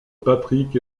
patrick